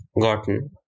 gotten